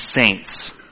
saints